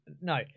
No